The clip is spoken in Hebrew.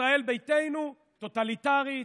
ישראל ביתנו, טוטליטרית,